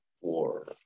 war